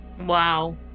wow